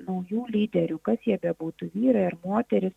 naujų lyderių kas jie bebūtų vyrai ar moterys